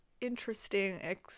interesting